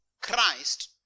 Christ